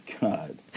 God